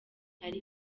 ari